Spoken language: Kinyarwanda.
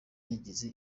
yagize